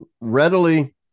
readily